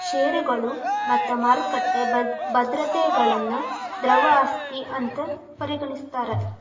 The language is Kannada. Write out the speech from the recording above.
ಷೇರುಗಳು ಮತ್ತ ಮಾರುಕಟ್ಟಿ ಭದ್ರತೆಗಳನ್ನ ದ್ರವ ಆಸ್ತಿ ಅಂತ್ ಪರಿಗಣಿಸ್ತಾರ್